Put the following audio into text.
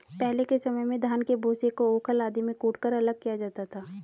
पहले के समय में धान के भूसे को ऊखल आदि में कूटकर अलग किया जाता था